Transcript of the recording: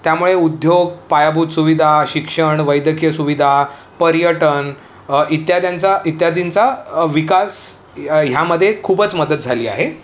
त्यामुळे उद्योग पायाभूत सुविधा शिक्षण वैद्यकीय सुविधा पर्यटन इत्याद्यांचा इत्यादींचा विकास ह्यामध्ये खूपच मदत झाली आहे